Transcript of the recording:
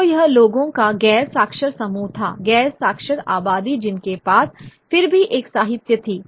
तो यह लोगों का गैर साक्षर समूह था गैर साक्षर आबादी जिनके पास फिर भी एक साहित्य थी